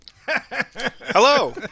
Hello